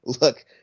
Look